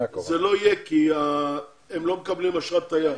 זה לא יהיה הם לא מקבלים אשרת תייר.